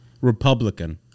Republican